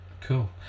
Cool